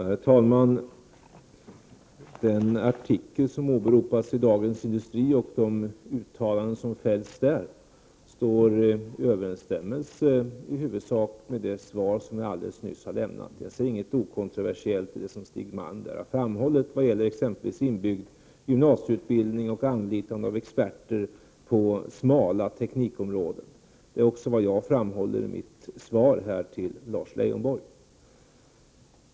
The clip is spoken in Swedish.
Herr talman! Den artikel i Dagens Industri som åberopas och de uttalanden som görs där står i huvudsak i överensstämmelse med det svar som jag alldeles nyss har lämnat. Jag ser inget kontroversiellt i det som Stig Malm där framhållit i vad gäller exempelvis inbyggd gymnasieutbildning och anlitande av experter inom ”smala” teknikområden. Detta är också vad jag framhåller i mitt svar till Lars Leijonborg.